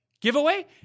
giveaway